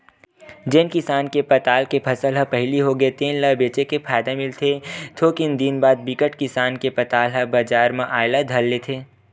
जेन किसान के पताल के फसल ह पहिली होगे तेन ल बनेच फायदा मिलथे थोकिन दिन बाद बिकट किसान के पताल ह बजार म आए ल धर लेथे